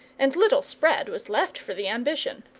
and little spread was left for the ambition.